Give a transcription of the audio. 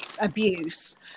abuse